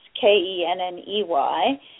K-E-N-N-E-Y